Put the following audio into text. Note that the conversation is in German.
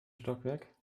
stockwerk